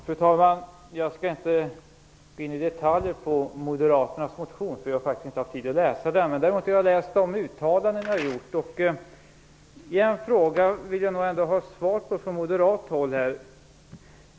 Fru talman! Jag skall inte gå in på detaljer i moderaternas motion. Jag har faktiskt inte haft tid att läsa den. Däremot har jag läst de uttalanden ni har gjort. Det finns en fråga som jag vill ha svar på från moderat håll.